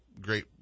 great